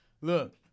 Look